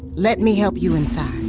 let me help you inside